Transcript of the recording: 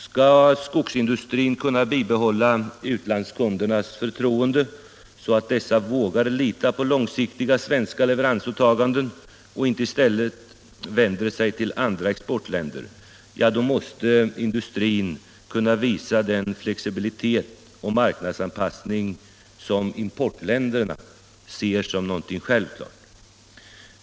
Skall skogsindustrin kunna bibehålla utlandskundernas förtroende så att dessa vågar lita på långsiktiga svenska leveransåtaganden och inte i stället vänder sig till andra exportländer — ja, då måste industrin kunna visa den flexibilitet och marknadsanpassning som importländerna ser som något självklart.